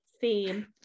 theme